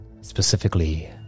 Specifically